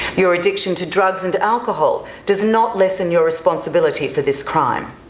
your addiction to drugs and alcohol does not lessen your responsibility for this crime.